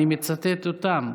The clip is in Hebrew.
מבחינתם, ואני מצטט אותם,